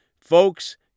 Folks